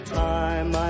time